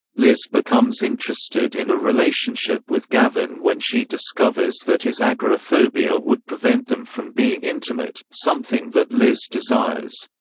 liz becomes interested in a relationship with gavin when she discovers that his agoraphobia would prevent them from being intimate, something that liz desires.